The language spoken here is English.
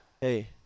Hey